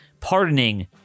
pardoning